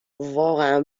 واقعا